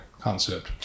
concept